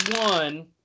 one